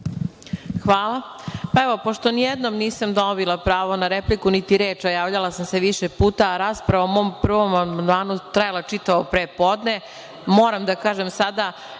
Hvala. Evo, pošto nijednom nisam dobila pravo na repliku niti reč, a javljala sam se više puta, rasprava o mom prvom amandmanu trajala je čitavo pre podne, moram da kažem sada